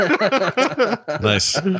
nice